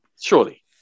Surely